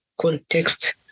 context